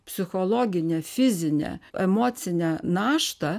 psichologinę fizinę emocinę naštą